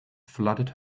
flooded